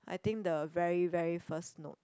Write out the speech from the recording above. I think the very very first note